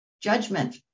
Judgment